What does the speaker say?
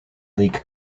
league